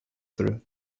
through